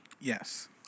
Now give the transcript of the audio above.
Yes